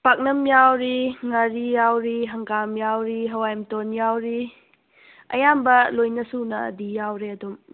ꯄꯥꯛꯅꯝ ꯌꯥꯎꯔꯤ ꯉꯥꯔꯤ ꯌꯥꯎꯔꯤ ꯍꯪꯒꯥꯝ ꯌꯥꯎꯔꯤ ꯍꯋꯥꯏ ꯃꯇꯣꯟ ꯌꯥꯎꯔꯤ ꯑꯌꯥꯝꯕ ꯂꯣꯏꯅ ꯁꯨꯅꯗꯤ ꯌꯥꯎꯔꯦ ꯑꯗꯨꯝ